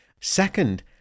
Second